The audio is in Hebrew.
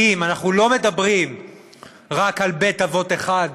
כי אנחנו לא מדברים רק על בית-אבות אחד